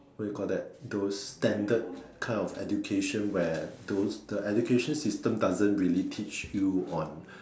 what you call that those standard kind of education where those the education system doesn't really teach you on